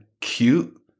cute